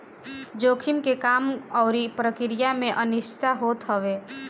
जोखिम के काम अउरी प्रक्रिया में अनिश्चितता होत हवे